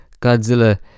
Godzilla